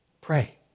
Pray